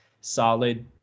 solid